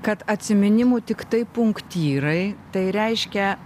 kad atsiminimų tiktai punktyrai tai reiškia